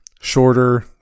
shorter